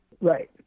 Right